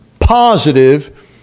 positive